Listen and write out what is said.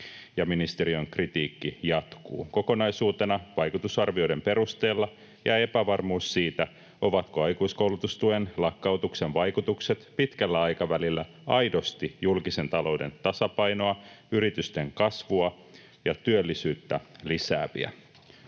ministeriön kritiikki jatkuu: ”Kokonaisuutena vaikutusarvioiden perusteella jää epävarmuus siitä, ovatko aikuiskoulutustuen lakkautuksen vaikutukset pitkällä aikavälillä aidosti julkisen talouden tasapainoa, yritysten kasvua ja työllisyyttä lisääviä.”